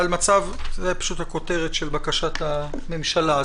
זו הכותרת של בקשת הממשלה,